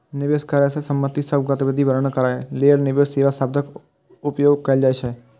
निवेश करै सं संबंधित सब गतिविधि वर्णन करै लेल निवेश सेवा शब्दक उपयोग कैल जाइ छै